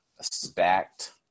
stacked